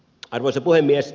arvoisa puhemies